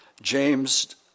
James